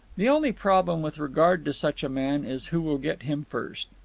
the only problem with regard to such a man is who will get him first.